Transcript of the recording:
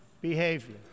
behavior